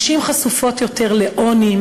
נשים חשופות יותר לעוני,